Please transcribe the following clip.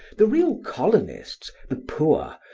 the real colonists, the poor,